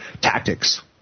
tactics